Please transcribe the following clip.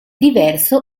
diverso